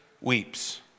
weeps